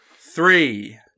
three